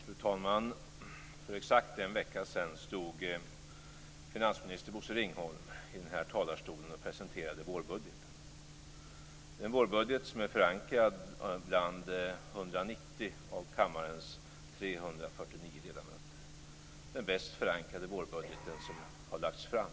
Fru talman! För exakt en vecka sedan stod finansminister Bosse Ringholm i den här talarstolen och presenterade vårbudgeten, en vårbudget som är förankrad bland 190 av kammarens 349 ledamöter, den bäst förankrade vårbudget som har lagts fram.